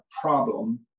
problem